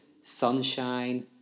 sunshine